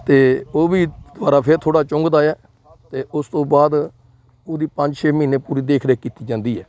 ਅਤੇ ਉਹ ਵੀ ਪਰ ਫਿਰ ਥੋੜ੍ਹਾ ਚੁੰਘਦਾ ਹੈ ਅਤੇ ਉਸ ਤੋਂ ਬਾਅਦ ਪੂਰੀ ਪੰਜ ਛੇ ਮਹੀਨੇ ਪੂਰੀ ਦੇਖ ਰੇਖ ਕੀਤੀ ਜਾਂਦੀ ਹੈ